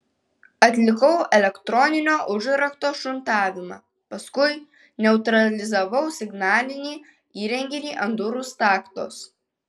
atlikau elektroninio užrakto šuntavimą paskui neutralizavau signalinį įrenginį ant durų staktos